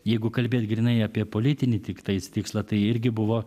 jeigu kalbėt grynai apie politinį tiktais tikslą tai irgi buvo